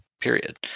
period